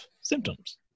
symptoms